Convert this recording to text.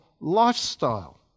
lifestyle